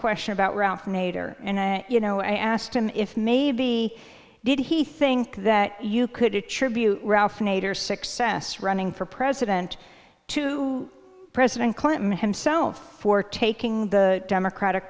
question about ralph nader and i you know i asked him if maybe did he think that you could attribute ralph nader success running for president to president clinton himself for taking the democratic